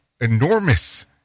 enormous